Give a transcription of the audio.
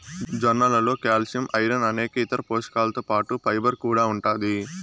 జొన్నలలో calcium, iron అనేక ఇతర పోషకాలతో పాటు ఫైబర్ కూడా ఉంటాది